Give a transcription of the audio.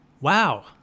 Wow